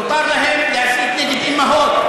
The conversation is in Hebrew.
מותר להם להסית נגד אימהות,